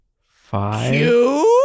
Five